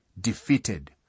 defeated